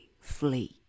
flee